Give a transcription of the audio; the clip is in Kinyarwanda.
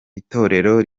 itorero